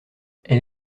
elle